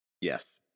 yes